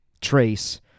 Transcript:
trace